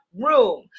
room